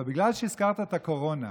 אבל בגלל שהזכרת את הקורונה,